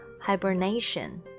hibernation